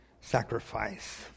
sacrifice